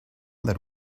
that